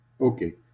Okay